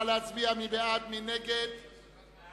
53 בעד, 36 נגד, אחד